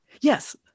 yes